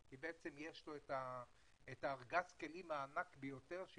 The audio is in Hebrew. כי בעצם יש לו את ארגז הכלים הענק ביותר שהוא